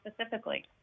specifically